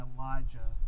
Elijah